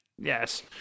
Yes